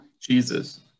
Jesus